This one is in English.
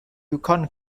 yukon